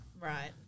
Right